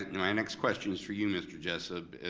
ah and my next question's for you, mr. jessup,